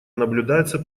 наблюдается